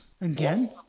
Again